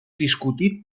discutit